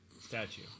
statue